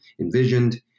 envisioned